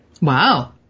Wow